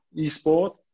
esport